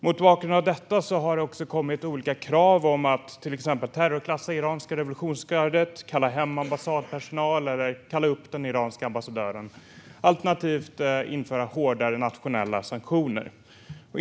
Mot bakgrund av detta har det också kommit olika krav på att till exempel terrorklassa det iranska revolutionsgardet, kalla hem ambassadpersonal och kalla upp den iranske ambassadören - alternativt införa hårdare nationella sanktioner.